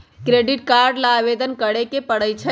credit card ला आवेदन करे के परई छई